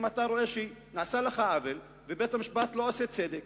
אם אתה רואה שנעשה לך עוול ובית-המשפט לא עושה צדק,